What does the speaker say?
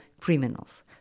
criminals